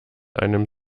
einem